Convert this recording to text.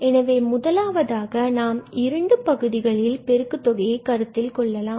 எனவே முதலாவதாக நாம் முதல் இரண்டு பகுதிகளில் பெருக்குதொகையை கருத்தில் கொள்ளலாம்